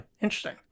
Interesting